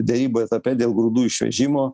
derybų etape dėl grūdų išvežimo